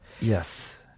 Yes